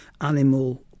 animal